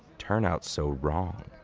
turn out so wrong?